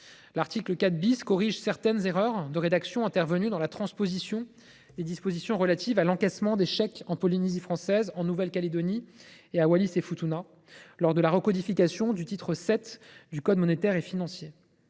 L’article 4 tend à corriger certaines erreurs de rédaction intervenues dans la transposition des dispositions relatives à l’encaissement des chèques en Polynésie française, en Nouvelle Calédonie et à Wallis et Futuna lors de la recodification du titre VII du code monétaire et financier.